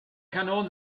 kanonen